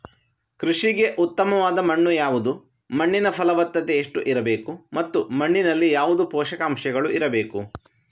ಕೃಷಿಗೆ ಉತ್ತಮವಾದ ಮಣ್ಣು ಯಾವುದು, ಮಣ್ಣಿನ ಫಲವತ್ತತೆ ಎಷ್ಟು ಇರಬೇಕು ಮತ್ತು ಮಣ್ಣಿನಲ್ಲಿ ಯಾವುದು ಪೋಷಕಾಂಶಗಳು ಇರಬೇಕು?